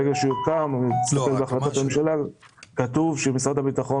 כתוב שברגע שהוא יוקם, משרד הביטחון